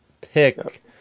pick